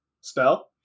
spell